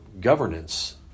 governance